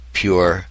pure